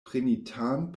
prenitan